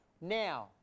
now